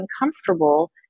uncomfortable